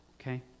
Okay